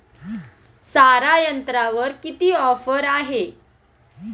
सारा यंत्रावर किती ऑफर आहे?